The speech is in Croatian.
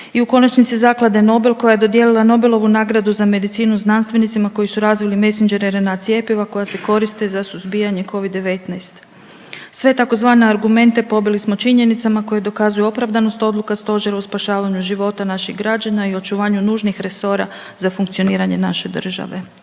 i u konačnici Zaklade NOBEL koja je dodijelila Nobelovu nagradu za medicinu znanstvenicima koji su razvili messenger mRNA cjepiva koja se koriste za suzbijanje covid-19. Sve tzv. argumente pobili smo činjenicama koje dokazuju opravdanost odluka stožera u spašavanju života naših građana i očuvanju nužnih resora za funkcioniranje naše države,